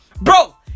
Bro